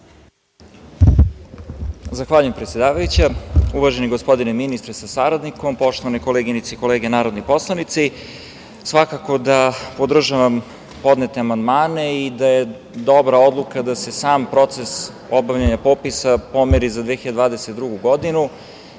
Zahvaljujem, predsedavajuća. Uvaženi gospodine ministre sa saradnikom, poštovane kolege narodni poslanici, svakako da podržavam podnete amandmane i da je dobra odluka da se sam proces obavljanja popisa pomeri za 2022. godinu. Kolege